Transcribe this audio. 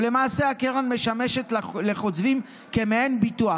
ולמעשה הקרן משמשת לחוצבים מעין ביטוח.